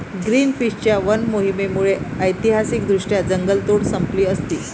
ग्रीनपीसच्या वन मोहिमेमुळे ऐतिहासिकदृष्ट्या जंगलतोड संपली असती